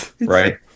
right